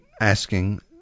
asking